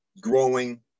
growing